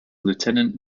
lieutenant